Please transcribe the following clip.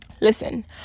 Listen